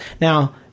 Now